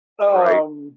Right